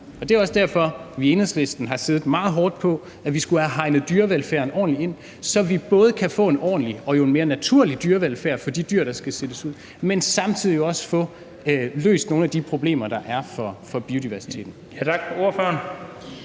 og det er jo også derfor, at vi i Enhedslisten har stået meget fast på, at vi skulle have hegnet dyrevelfærden ordentligt ind, så vi både kan få en ordentlig og mere naturlig dyrevelfærd for de dyr, der skal sættes ud, men samtidig også får løst nogle af de problemer, der er i forhold til biodiversiteten.